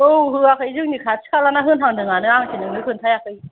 औ होयाखै जोंनि खाथि खालाना होनहांदोंआनो आंसो नोंनो खोन्थायाखै